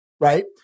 right